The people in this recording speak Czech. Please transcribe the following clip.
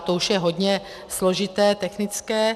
To už je hodně složité, technické.